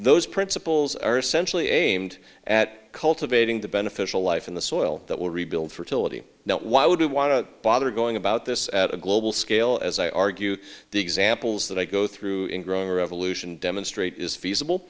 those principles are essentially aimed at cultivating the beneficial life in the soil that will rebuild fertility now why would you want to bother going about this at a global scale as i argue the examples that i go through in growing revolution demonstrate is feasible